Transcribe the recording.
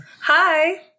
Hi